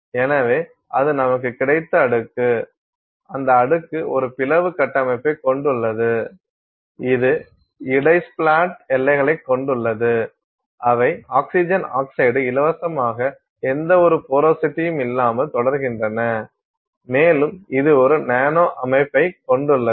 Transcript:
எனவே அது நமக்கு கிடைத்த அடுக்கு அந்த அடுக்கு ஒரு பிளவு கட்டமைப்பைக் கொண்டுள்ளது இது இடை ஸ்ப்ளாட் எல்லைகளைக் கொண்டுள்ளது அவை ஆக்ஸிஜன் ஆக்சைடு இலவசமாக எந்தவொரு போரோசிட்டியும் இல்லாமல் தொடர்கின்றன மேலும் இது ஒரு நானோ அமைப்பைக் கொண்டுள்ளது